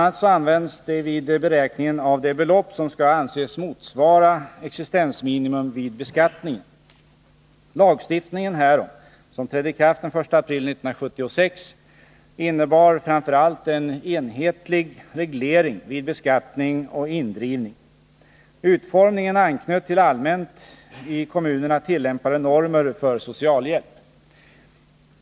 a. används det vid beräkningen av det belopp som skall anses motsvara existensminimum vid beskattningen. Lagstiftningen härom, som trädde i kraft den 1 april 1976, innebar framför allt en enhetlig reglering vid beskattning och indrivning. Utformningen anknöt till i kommunerna allmänt tillämpade normer för socialhjälp.